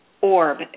orb